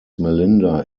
melinda